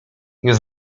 już